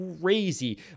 crazy